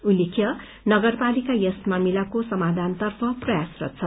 उल्लेख नगरपालिका यस मामिलाको समाधानतर्फ प्रयासरत छ